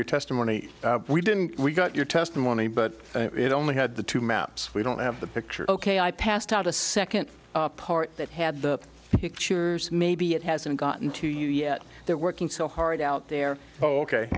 your testimony we didn't we got your testimony but it only had the two maps we don't have the picture ok i passed out a second part that had the pictures maybe it hasn't gotten to you yet they're working so hard out there o